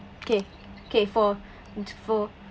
okay okay for for